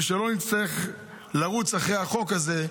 ולא נצטרך לרוץ אחרי החוק הזה.